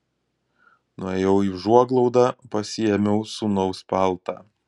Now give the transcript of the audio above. nuėjau į užuoglaudą pasiėmiau sūnaus paltą